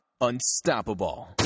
Unstoppable